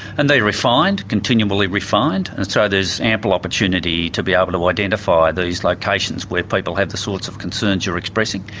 and they're refined, continually refined, and so there's ample opportunity to be able to identify these locations where people have the sorts of concerns you're expressing.